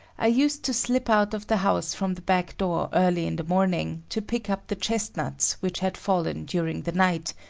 i used to slip out of the house from the back door early in the morning to pick up the chestnuts which had fallen during the night,